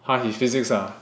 !huh! his physics ah